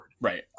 Right